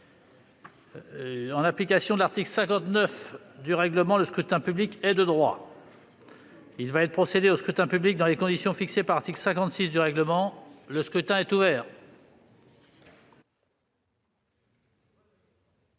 En application de l'article 59 du règlement, le scrutin public ordinaire est de droit. Il va y être procédé dans les conditions fixées par l'article 56 du règlement. Le scrutin est ouvert.